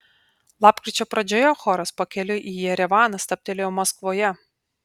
lapkričio pradžioje choras pakeliui į jerevaną stabtelėjo maskvoje